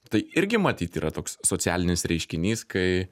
tai irgi matyt yra toks socialinis reiškinys kai